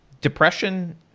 depression